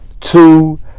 two